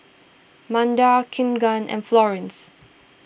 Manda Keagan and Florence